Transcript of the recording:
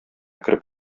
кереп